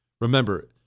Remember